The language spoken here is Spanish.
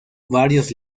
varios